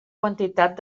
quantitat